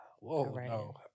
Whoa